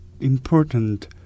important